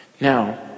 Now